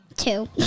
Two